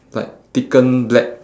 like thicken black